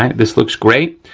um this looks great.